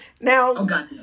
Now